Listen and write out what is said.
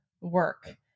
work